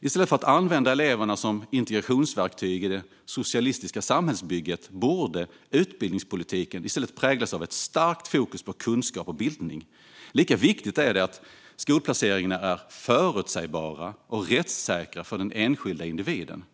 I stället för att använda eleverna som integrationsverktyg i det socialistiska samhällsbygget borde utbildningspolitiken präglas av ett starkt fokus på kunskap och bildning. Lika viktigt är det att skolplaceringarna är förutsägbara och rättssäkra för den enskilda individen.